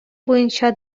буенча